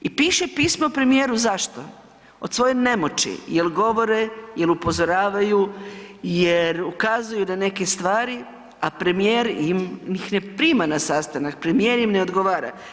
I piše pismo premijeru zašto, od svoje nemoći jer govore, jer upozoravaju, jer ukazuju na neke stvari, a premijer ih ne prima na sastanak, premijer im ne odgovara.